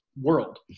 world